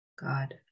God